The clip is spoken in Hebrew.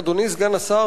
אדוני סגן השר,